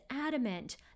adamant